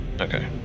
Okay